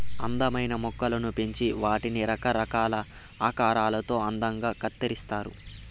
అందమైన మొక్కలను పెంచి వాటిని రకరకాల ఆకారాలలో అందంగా కత్తిరిస్తారు